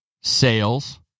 sales